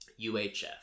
UHF